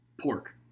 Pork